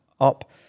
up